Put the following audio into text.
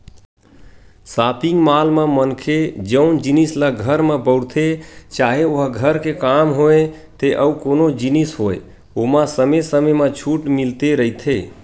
shopping mall म मनखे जउन जिनिस ल घर म बउरथे चाहे ओहा घर के काम होय ते अउ कोनो जिनिस होय ओमा समे समे म छूट मिलते रहिथे